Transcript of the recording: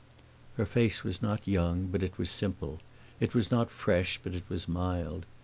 her face was not young, but it was simple it was not fresh, but it was mild.